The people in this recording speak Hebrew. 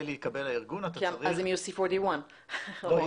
להתקבל לארגון אתה צריך --- אז הם יהיו 41. לא,